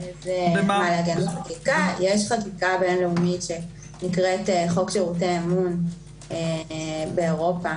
יש חקיקה בין-לאומית שנקראת חוק שירותי האמון באירופה,